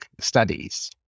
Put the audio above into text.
studies